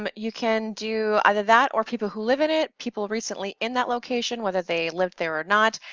um you can do either that, or people who live in it, people recently in that location, whether they live there or not,